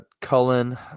Cullen